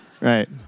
right